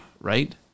right